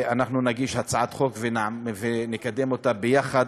הצעת חוק ונקדם אותה ביחד.